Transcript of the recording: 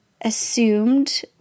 assumed